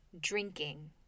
drinking